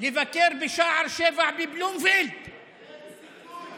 לבקר בשער 7 בבלומפילד, אין סיכוי.